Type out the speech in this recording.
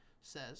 says